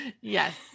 Yes